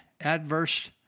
adverse